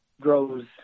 grows